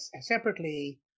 separately